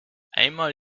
einmal